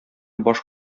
баш